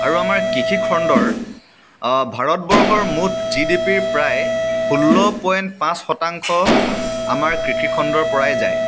আৰু আমাৰ কৃষিখণ্ডৰ ভাৰতবৰ্ষৰ মুঠ জি ডি পিৰ প্ৰায় ষোল্ল পইণ্ট পাঁচ শতাংশ আমাৰ কৃষিখণ্ডৰ পৰাই যায়